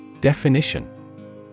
Definition